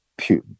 Putin